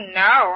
no